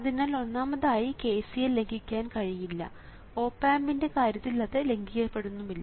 അതിനാൽ ഒന്നാമതായി KCL ലംഘിക്കാൻ കഴിയില്ല ഓപ് ആമ്പിന്റെ കാര്യത്തിൽ അത് ലംഘിക്കപ്പെടുന്നുമില്ല